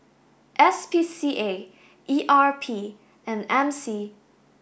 S P C A E R P and M C